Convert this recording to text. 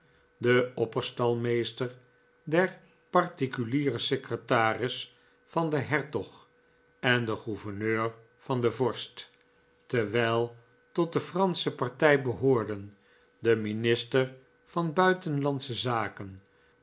den opperstalmeester den particulieren secretaris van den hertog en den gouverneur van den vorst terwijl tot de fransche partij behoorden de minister van buitenlandsche zaken